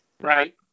Right